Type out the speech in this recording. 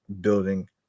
building